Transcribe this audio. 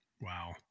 Wow